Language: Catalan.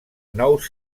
nous